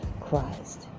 christ